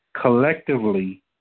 collectively